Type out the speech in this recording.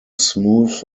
smooth